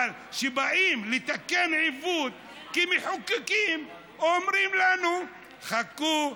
אבל כשבאים לתקן עיוות כמחוקקים, אומרים לנו: חכו.